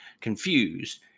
confused